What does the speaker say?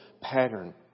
pattern